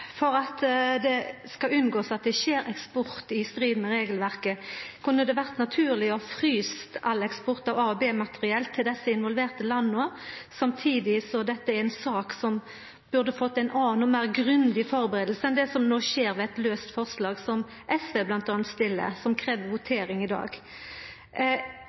For at ein skal unngå at det skjer eksport i strid med regelverket, kunne det vore naturleg å frysa all eksport av A- og B-materiell til desse involverte landa? Samtidig er dette ei sak som burde fått ei anna og meir grundig førebuing enn det som no skjer ved eit laust forslag som SV bl.a. fremmar, som krev votering i dag.